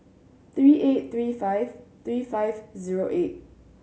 three eight three five three five zero eight